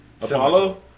Apollo